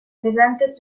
presente